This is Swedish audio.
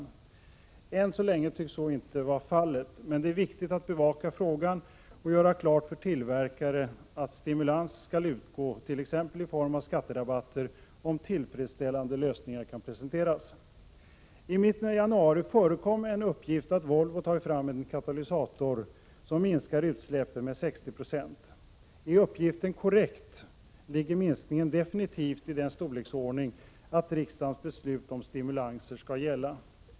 Än så länge tycks så inte vara fallet. Men det är viktigt att bevaka frågan och göra klart för tillverkare att stimulans skall utgå t.ex. i form av skatterabatter, om tillfredsställande lösningar kan presenteras. I mitten av januari förekom en uppgift att Volvo tagit fram en katalysator som minskar utsläppen med 60 Ze. Är uppgiften korrekt, ligger minskningen definitivt i den storleksordningen att riksdagens beslut om stimulanser skatl gälla.